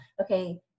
okay